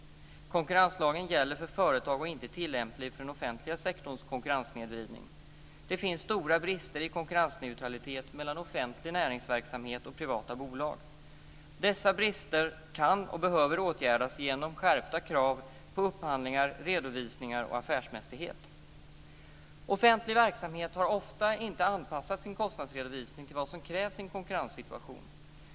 Konkurrenslagen gäller för företag och är inte tillämplig för den offentliga sektorns konkurrenssnedvridning. Det finns stora brister i konkurrensneutralitet mellan offentlig näringsverksamhet och privata bolag. Dessa brister kan och behöver åtgärdas genom skärpta krav på upphandlingar, redovisningar och affärsmässighet. Offentlig verksamhet har ofta inte anpassat sin kostnadsredovisning till vad som krävs i en konkurrenssituation.